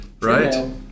right